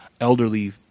elderly